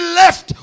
left